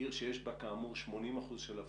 עיר שיש בה כאמור 80% של אבטלה,